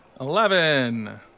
Eleven